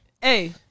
Hey